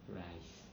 rice